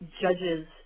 Judges